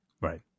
Right